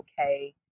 okay